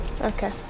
Okay